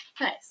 Nice